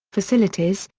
facilities,